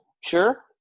sure